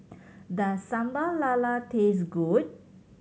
does Sambal Lala taste good